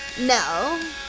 No